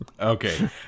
Okay